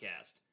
podcast